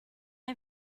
est